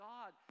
God